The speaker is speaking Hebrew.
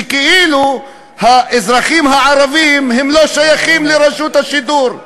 שכאילו האזרחים הערבים לא שייכים לרשות השידור?